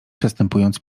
przestępując